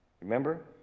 Remember